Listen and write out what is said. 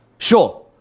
Sure